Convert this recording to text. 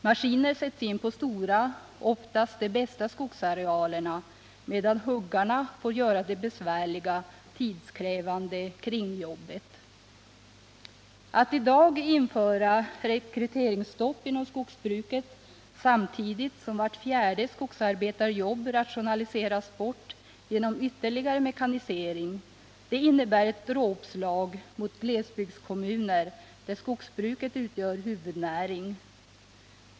Maskiner sätts in på stora — oftast de bästa — skogsarealer, medan huggarna får göra det besvärliga och tidskrävande kringjobbet. Att införa rekryteringsstopp inom skogsbruket samtidigt som vart fjärde skogsarbetarjobb rationaliseras bort genom ytterligare mekanisering innebär ett dråpslag mot glesbygdskommuner där skogsbruket utgör huvudnäring.